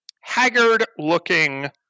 haggard-looking